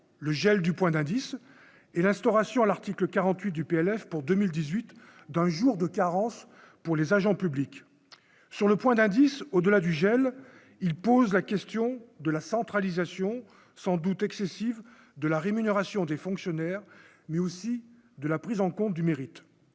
le gel du point d'indice et l'instauration à l'article 48 du PLF pour 2018 dans les jour de carence pour les agents publics sur le point d'indice au-delà du gel, il pose la question de la centralisation sans doute excessive de la rémunération des fonctionnaires, mais aussi de la prise en compte du mérite